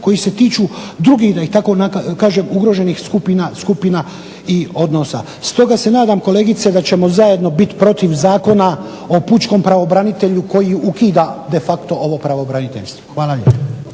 koji se tiču drugih da tako kažem ugroženih skupina i odnosa. Stoga se nadam kolegice da ćemo zajedno biti protiv Zakona o pučkom pravobranitelju koji ukida de facto ovo pravobraniteljstvo. Hvala lijepo.